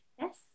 yes